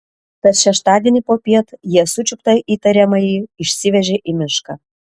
tad šeštadienį popiet jie sučiuptą įtariamąjį išsivežė į mišką